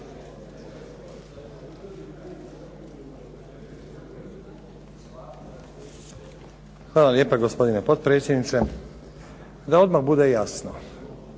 Hvala lijepa gospodine potpredsjedniče. Da odmah bude jasno,